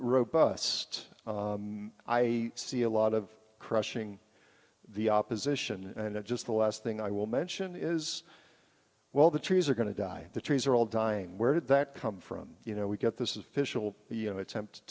t i see a lot of crushing the opposition and it just the last thing i will mention is well the trees are going to die the trees are all dying where did that come from you know we get this is official you know attempt